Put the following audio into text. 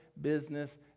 business